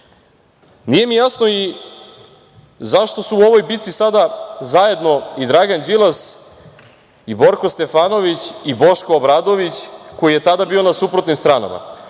mi jasno i zašto su u ovoj bici sada zajedno i Dragan Đilas i Borko Stefanović i Boško Obradović koji je tada bili na suprotnim stranama.